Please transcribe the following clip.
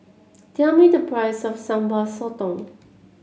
tell me the price of Sambal Sotong